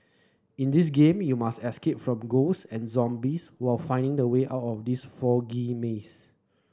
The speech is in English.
in this game you must escape from ghost and zombies while finding the way out of this foggy maze